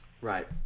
Right